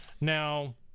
now